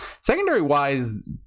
secondary-wise